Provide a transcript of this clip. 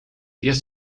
eerst